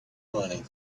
money